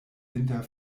inter